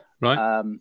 Right